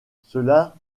cela